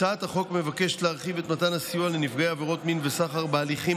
הצעת החוק מבקשת להרחיב את מתן הסיוע לנפגעי עבירות מין וסחר בהליכים